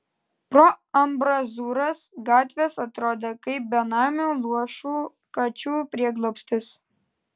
pro ambrazūras gatvės atrodė kaip benamių luošų kačių prieglobstis